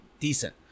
decent